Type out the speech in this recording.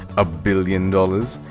a billion dollars?